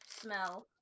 smell